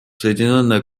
соединенное